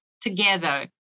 together